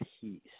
peace